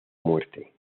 muerte